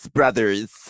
Brothers